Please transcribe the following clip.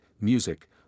music